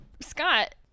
Scott